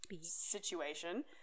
Situation